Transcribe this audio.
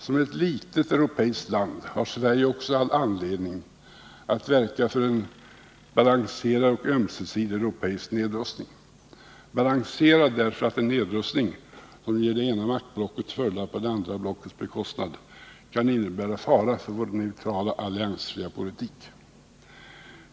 Som ett litet europeiskt land har Sverige också all anledning att verka för en balanserad och ömsesidig europeisk nedrustning — balanserad därför att en nedrustning som ger det ena maktblocket fördelar på det andra blockets bekostnad kan innebära fara för vår neutrala alliansfria politik.